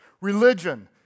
Religion